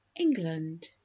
England